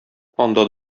анда